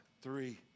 three